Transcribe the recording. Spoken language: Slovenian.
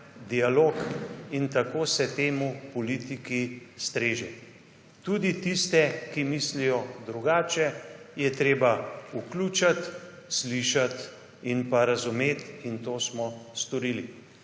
in tako se temu v politiki streže. Tudi tiste, ki mislijo drugače, je treba vključiti, slišati in razumeti, in to smo storili.